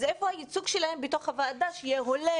אז איפה הייצוג שלהן בוועדה הזאת שיהיה הולם